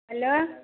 hello